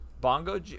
Bongo